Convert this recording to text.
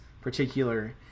particular